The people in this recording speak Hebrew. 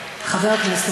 אדוני היושב-ראש,